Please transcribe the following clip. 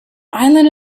island